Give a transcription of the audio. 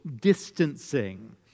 distancing